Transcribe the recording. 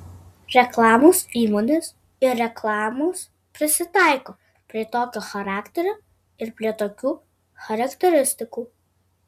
reklamos įmonės ir reklamos prisitaiko prie tokio charakterio ir prie tokių charakteristikų